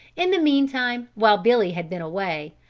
in the meantime, while billy had been away,